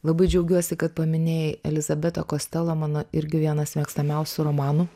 labai džiaugiuosi kad paminėjai elizabetą kostelo mano irgi vienas mėgstamiausių romanų